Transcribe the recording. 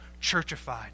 churchified